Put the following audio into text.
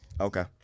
okay